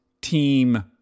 team